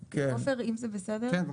עופר, אם זה בסדר --- כן.